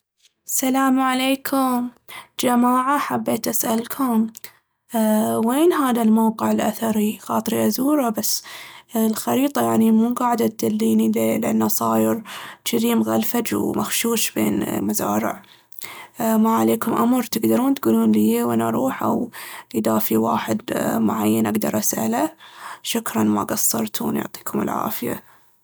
السلام عليكم. جماعة حبيت أسألكم أأ وين هذا الموقع الأثري؟ خاطري أزوره بس الخريطة يعني مو قاعدة تدليني ليه لأن صاير جذي مغلفج ومخشوش بين المزارع. ما عليكم أمر تقدرون تقولون ليي وين اروح؟ أو اذا في واحد معين اقدر أسأله؟ شكراً ما قصرتون يعطيكم العافية.